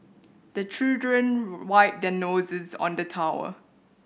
the children wipe their noses on the towel